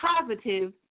positive